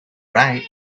right